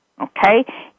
Okay